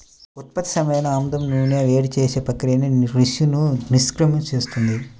ఉత్పత్తి సమయంలో ఆముదం నూనెను వేడి చేసే ప్రక్రియ రిసిన్ను నిష్క్రియం చేస్తుంది